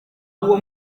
uwo